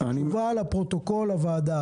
תשובה לפרוטוקול הוועדה,